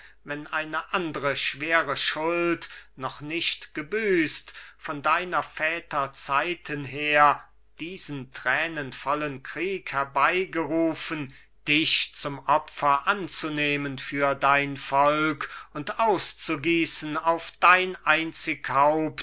wenn eine andre schwere schuld noch nicht gebüßt von deiner väter zeiten her diesen tränenvollen krieg herbeigerufen dich zum opfer anzunehmen für dein volk und auszugießen auf dein